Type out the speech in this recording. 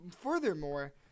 furthermore